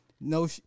no